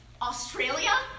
Australia